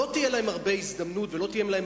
לא תהיה להם הזדמנות רבה ולא תהיה להם